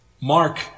Mark